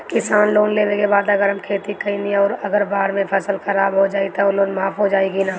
किसान लोन लेबे के बाद अगर हम खेती कैलि अउर अगर बाढ़ मे फसल खराब हो जाई त लोन माफ होई कि न?